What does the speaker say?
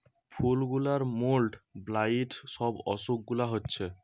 ফুল গুলার mould, blight সব অসুখ গুলা হচ্ছে